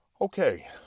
Okay